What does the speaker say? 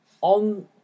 on